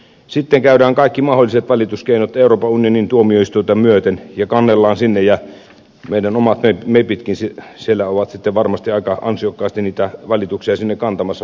sitten käydään kaikki mahdolliset valituskeinot euroopan unionin tuomioistuinta myöten ja kannellaan sinne ja meidän omat mepitkin siellä ovat sitten varmasti aika ansiokkaasti niitä valituksia sinne kantamassa repuittain